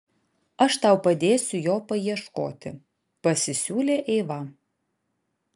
aš tau padėsiu jo paieškoti pasisiūlė eiva